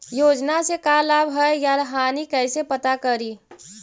योजना से का लाभ है या हानि कैसे पता करी?